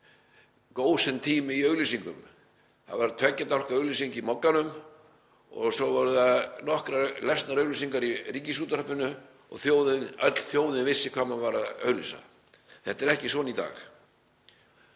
gósentími í auglýsingum. Það var tveggja dálka auglýsing í Mogganum og svo voru nokkrar lesnar auglýsingar í Ríkisútvarpinu og öll þjóðin vissi hvað maður var að auglýsa. Þetta er ekki svona í dag.